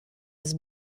his